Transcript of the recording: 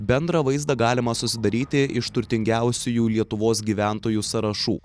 bendrą vaizdą galima susidaryti iš turtingiausiųjų lietuvos gyventojų sąrašų